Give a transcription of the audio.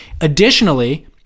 additionally